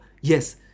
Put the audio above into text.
Yes